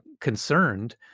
concerned